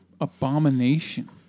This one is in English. abomination